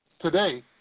today